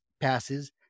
passes